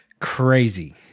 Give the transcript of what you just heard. crazy